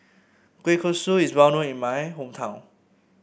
Kueh Kosui is well known in my hometown